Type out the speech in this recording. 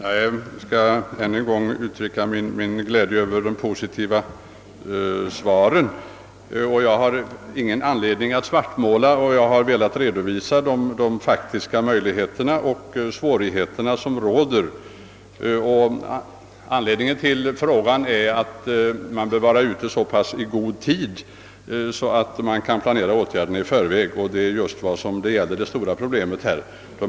Herr talman! Jag skall ännu en gång uttrycka min glädje över det positiva svaret. Jag har ingen anledning att göra någon svartmålning. Jag har velat redovisa de faktiska möjligheterna och de svårigheter som råder. Anledningen till frågan är att jag anser att man bör vara ute i så pass god tid att man kan planera åtgärderna i förväg; detta särskilt när det gäller det stora problemet Elektro IWO.